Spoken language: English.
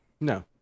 no